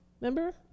remember